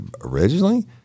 originally